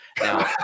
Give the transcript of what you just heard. Now